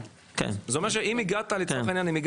זה אומר שאם הגעת בגיל